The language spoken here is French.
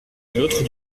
l’autre